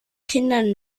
kindern